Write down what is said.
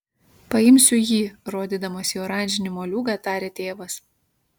paimsiu jį rodydamas į oranžinį moliūgą tarė tėvas